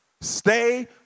Stay